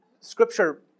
scripture